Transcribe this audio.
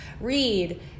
Read